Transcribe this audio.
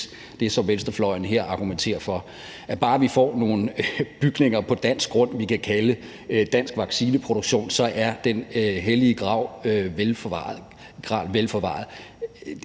har karakter af et quickfix – altså at bare vi får nogle bygninger på dansk grund, vi kan kalde dansk vaccineproduktion, så er den hellige grav vel forvaret.